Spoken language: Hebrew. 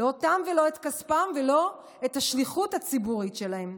לא אותם ולא את כספם ולא את השליחות הציבורית שלהם.